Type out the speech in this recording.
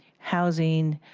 housing,